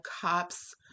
cops